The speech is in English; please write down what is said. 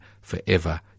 forever